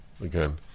again